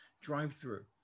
drive-through